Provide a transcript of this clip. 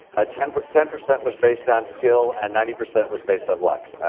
ah ten but ten percent was based on skill, and ninety percent was based of luck.